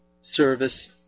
service